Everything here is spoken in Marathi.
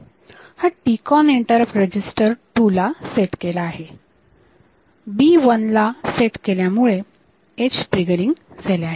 हा TCON इंटरप्ट रेजिस्टर 2 ला सेट केला आहे बी 1 ला सेट केल्यामुळे एज ट्रीगरिंग झाले आहे